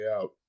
out